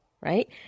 right